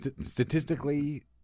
statistically